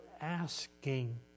asking